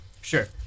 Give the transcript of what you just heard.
sure